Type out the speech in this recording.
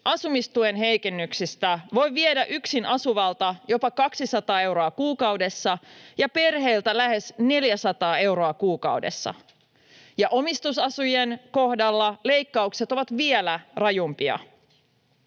asumistuen heikennyksistä voi viedä yksinasuvalta jopa 200 euroa kuukaudessa ja perheiltä lähes 400 euroa kuukaudessa, ja omistusasujien kohdalla leikkaukset ovat vielä rajumpia.